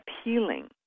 appealing